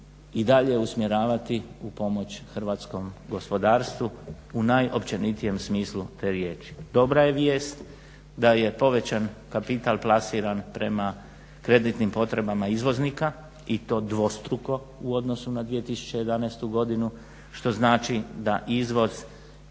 i dalje usmjeravati u pomoć hrvatskom gospodarstvu u najopćenitijem smislu te riječi. Dobra je vijest da je povećan kapital plasiran prema kreditnim potrebama izvoznika i to dvostruko u odnosu na 2011.godinu što znači da izvoz